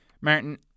Martin